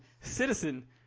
Citizen